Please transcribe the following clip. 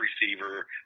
receiver